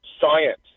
science